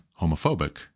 homophobic